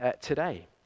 today